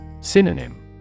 Synonym